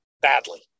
badly